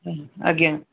ଆଜ୍ଞା